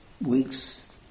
week's